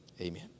Amen